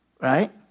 right